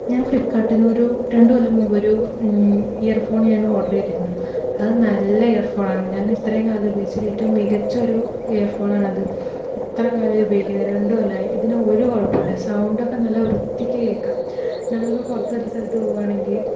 ഞാൻ ഫ്ളിപ്പ്കാർട്ടിൽ നിന്ന് ഒരു രണ്ടു കൊല്ലം മുമ്പ് ഒരു ഇയർ ഫോൺ ഞാൻ ഓർഡർ ചെയ്തിരുന്നു അത് നല്ല ഇയർഫോണാണ് ഞാൻ ഇത്രയും കാലം ഉപയോഗിച്ചതിൽ ഏറ്റവും മികച്ച ഒരു ഇയർഫോണാണ് അത് എത്രകാലമായി ഉപയോഗിക്കുന്നു രണ്ടു കൊല്ലമായി ഇതിന് ഒരു കുഴപ്പമില്ല സൗണ്ട് ഒക്കെ നല്ല വൃത്തിക്ക് കേൾക്കാം നമ്മളിപ്പോൾ പുറത്തൊരു സ്ഥലത്ത് പോകുകയാണെങ്കിൽ